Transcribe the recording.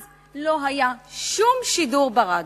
אז לא היה שום שידור ברדיו.